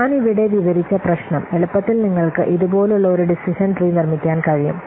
ഞാൻ ഇവിടെ വിവരിച്ച പ്രശ്നം എളുപ്പത്തിൽ നിങ്ങൾക്ക് ഇതുപോലുള്ള ഒരു ഡിസിഷൻ ട്രീ നിർമ്മിക്കാൻ കഴിയും